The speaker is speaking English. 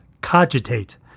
Cogitate